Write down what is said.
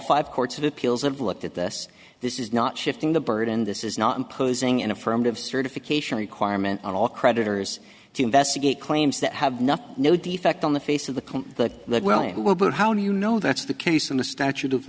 five courts of appeals have looked at this this is not shifting the burden this is not imposing an affirmative certification requirement on all creditors to investigate claims that have nothing no defect on the face of the current that that well how do you know that's the case in the statute of